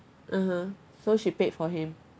(uh huh) so she paid for him